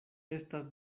estas